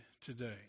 today